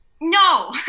No